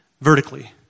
vertically